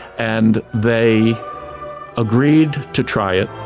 and they agreed to try it.